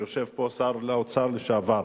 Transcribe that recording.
ויושב פה שר האוצר לשעבר,